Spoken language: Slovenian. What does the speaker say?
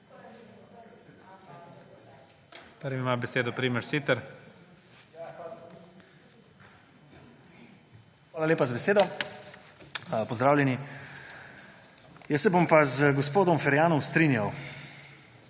Hvala lepa za besedo. Pozdravljeni! Jaz se bom pa z gospodom Ferjanom strinjal